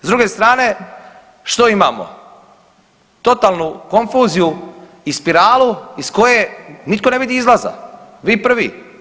S druge strane što imamo, totalnu konfuziju i spiralu iz koje nitko ne vidi izlaza, vi prvi.